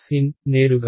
xn నేరుగా